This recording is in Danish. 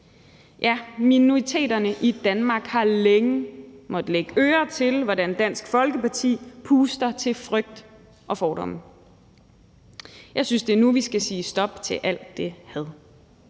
Ja, minoriteterne i Danmark har længe måttet lægge øre til, hvordan Dansk Folkeparti puster til frygt og fordomme. Jeg synes, det er nu, vi skal sige stop til alt det had.